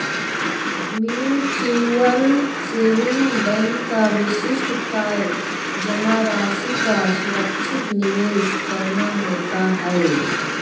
mutual saving bank का विशिष्ट कार्य जमा राशि का सुरक्षित निवेश करना होता है